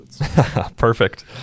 Perfect